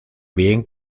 bien